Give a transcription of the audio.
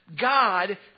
God